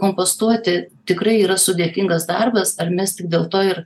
kompostuoti tikrai yra sudėtingas darbas ar mes tik dėl to ir